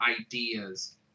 ideas